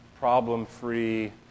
problem-free